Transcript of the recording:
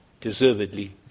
deservedly